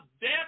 death